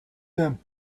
them